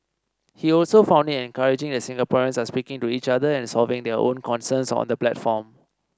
he also found it encouraging that Singaporeans are speaking to each other and solving their own concerns on the platform